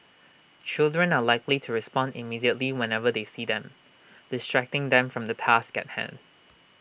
children are likely to respond immediately whenever they see them distracting them from the task at hand